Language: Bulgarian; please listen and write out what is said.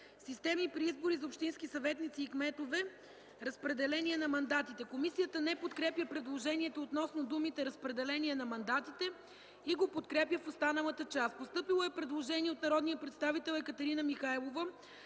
„Системи при избори на общински съветници и кметове. Разпределение на мандатите”. Комисията не подкрепя предложението относно думите „Разпределение на мандатите” и го подкрепя в останалата част. Постъпило е предложение от народния представител Екатерина Михайлова